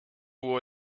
hubo